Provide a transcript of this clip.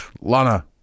Lana